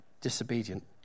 disobedient